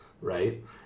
right